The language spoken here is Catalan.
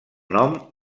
nom